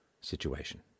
situation